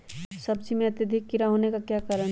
सब्जी में अत्यधिक कीड़ा होने का क्या कारण हैं?